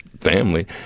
family